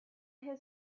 his